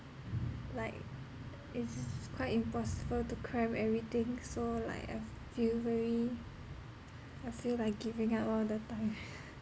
like it is quite impossible to cram everything so like I fe~ feel very I feel like giving up all the time